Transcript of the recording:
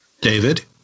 David